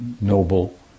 noble